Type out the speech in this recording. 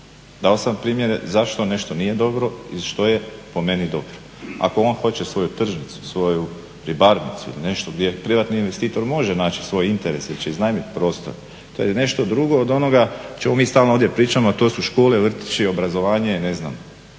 Dao sam primjere zašto nešto nije dobro i što je po meni dobro. Ako on hoće svoju tržnicu, svoju ribarnicu ili nešto gdje privatni investitor može naći svoj interes jer će iznajmiti prostor tad je nešto drugo od onoga o čemu mi stalno ovdje pričamo, a to su škole, vrtići, obrazovanje. Ne znam,